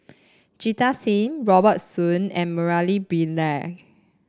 Jita Singh Robert Soon and Murali Pillai